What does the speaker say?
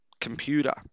computer